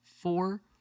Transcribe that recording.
four